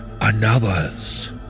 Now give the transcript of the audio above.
another's